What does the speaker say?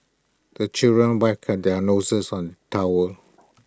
the children their noses on towel